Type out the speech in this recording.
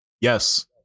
Yes